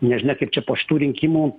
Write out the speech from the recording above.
nežinia kaip čia po šitų rinkimų